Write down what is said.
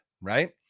right